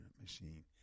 machine